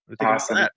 Awesome